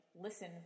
listen